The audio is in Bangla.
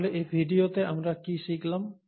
তাহলে এই ভিডিওতে আমরা কী শিখলাম